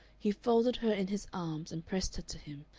he folded her in his arms and pressed her to him,